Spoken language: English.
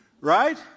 Right